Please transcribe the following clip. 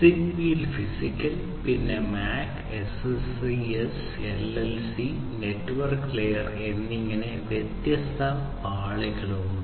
സിഗ്ബീയിൽ physical പിന്നെ MAC SSCS LLC network layer എന്നിങ്ങനെ വ്യത്യസ്ത പാളികൾ ഉണ്ട്